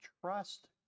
trust